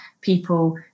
people